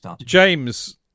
James